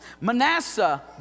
Manasseh